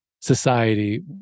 society